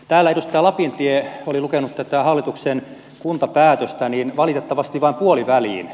täällä edustaja lapintie oli lukenut tätä hallituksen kuntapäätöstä valitettavasti vain puoliväliin